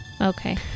okay